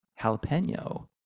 jalapeno